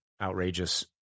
outrageous